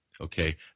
okay